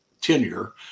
tenure